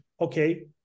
okay